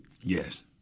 Yes